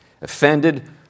offended